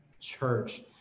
church